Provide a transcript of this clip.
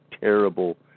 terrible